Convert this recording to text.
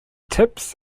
tips